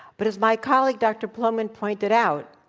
but as my colleague dr. plomin pointed out,